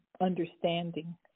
understanding